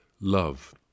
love